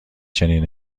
چنین